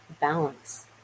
balance